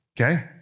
okay